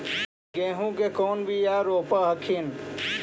गेहूं के कौन बियाह रोप हखिन?